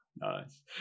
Nice